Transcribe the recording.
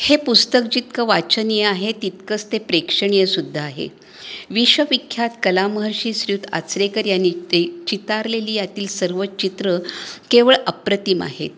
हे पुस्तक जितकं वाचनीय आहे तितकंच ते प्रेक्षणीय सुद्धा आहे विश्वविख्यात कलामहर्षी श्रीयुत आचरेकर यांनी ते चितारलेली यातील सर्व चित्रं केवळ अप्रतिम आहेत